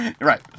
Right